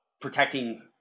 protecting